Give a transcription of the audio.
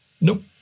Nope